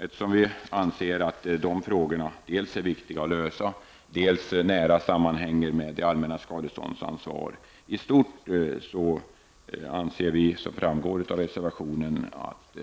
Eftersom vi anser att de frågorna dels är viktiga att lösa, dels nära sammanhänger med det allmännas skadeståndsansvar i stort, föreslår vi som framgår av reservationen att